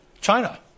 China